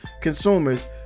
consumers